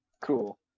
Cool